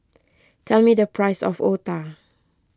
tell me the price of Otah